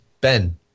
Ben